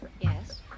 Yes